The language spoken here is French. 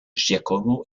giacomo